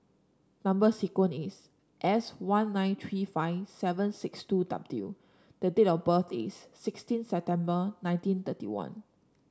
number sequence is S one nine three five seven six two W the date of birth is sixteen September nineteen thirty one